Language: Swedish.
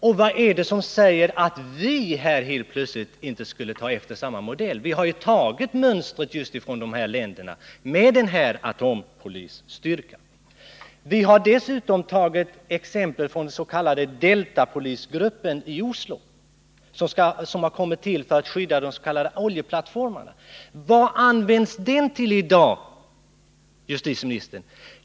Och vad är det som säger att just vi inte skulle ta efter samma modell? Vi har ju från dessa länder tagit mönstret för atompolisstyrkan. Dessutom har vi tagit exempel från dens.k. Deltapolisstyrkan i Oslo. Den har kommit till för att skydda oljeplattformarna. Vad används den gruppen tilli dag, herr justitieminister?